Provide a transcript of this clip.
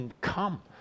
come